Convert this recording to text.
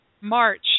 March